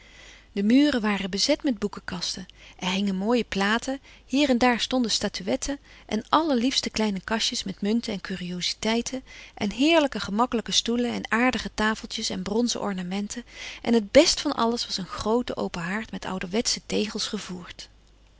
de muren waren bezet met boekenkasten er hingen mooie platen hier en daar stonden statuetten en allerliefste kleine kastjes met munten en curiositeiten en heerlijke gemakkelijke stoelen en aardige tafeltjes en bronzen ornamenten en het best van alles was een groote open haard met ouderwetsche tegels gevoerd